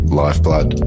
lifeblood